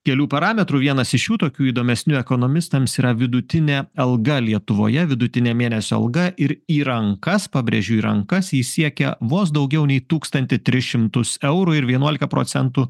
kelių parametrų vienas iš jų tokių įdomesnių ekonomistams yra vidutinė alga lietuvoje vidutinė mėnesio alga ir į rankas pabrėžiu į rankas ji siekia vos daugiau nei tūkstantį tris šimtus eurų ir vienuolika procentų